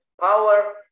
power